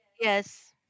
Yes